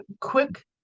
quick